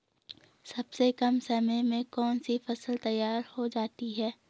सबसे कम समय में कौन सी फसल तैयार हो जाती है?